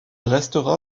restera